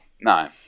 No